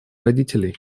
родителей